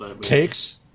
takes